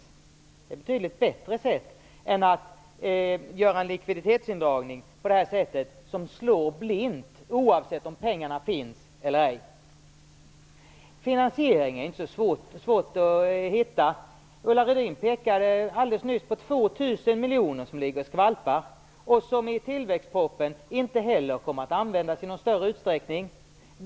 Det är ett betydligt bättre sätt än att göra en likviditetsindragning på det här sättet, som slår blint, oavsett om pengarna finns eller ej. Finansieringen är inte så svår att hitta. Ulla Rudin pekade alldeles nyss på 2 000 miljoner som ligger och skvalpar och som inte heller i tillväxtpropositionen kommer att användas i någon större utsträckning.